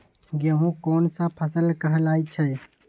गेहूँ कोन सा फसल कहलाई छई?